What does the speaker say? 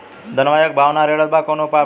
धनवा एक भाव ना रेड़त बा कवनो उपाय बतावा?